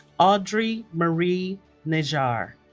audrey marie najjar